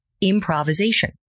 improvisation